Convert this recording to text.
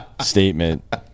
statement